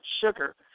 sugar